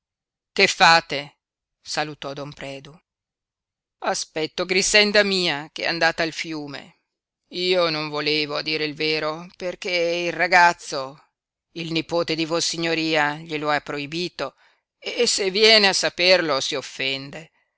che fate salutò don predu aspetto grixenda mia ch'è andata al fiume io non volevo a dire il vero perché il ragazzo il nipote di vossignoria glielo ha proibito e se viene a saperlo si offende